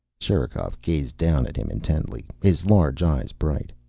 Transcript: sherikov gazed down at him intently, his large eyes bright.